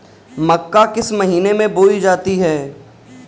मक्का किस महीने में बोई जाती है?